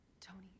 tony